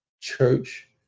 church